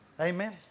Amen